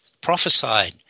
Prophesied